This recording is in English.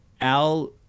Al